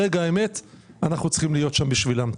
ברגע האמת אנחנו צריכים להיות שם בשבילם.